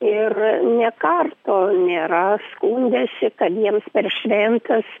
ir nė karto nėra skundęsi kad jiems per šventes